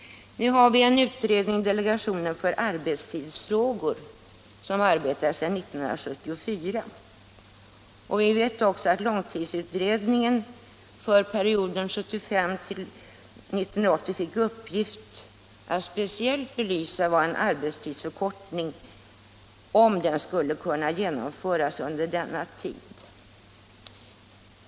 Delegationen för arbetstidsfrågor arbetar sedan 1974. Vi vet att långtidsutredningen fick i uppgift att för perioden 1975-1980 speciellt belysa vad en arbetstidsförkortning, om den kunde genomföras under denna tid, skulle innebära.